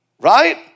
Right